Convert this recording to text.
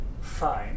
fine